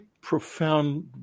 profound